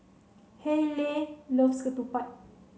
Hayleigh loves Ketupat